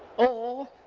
or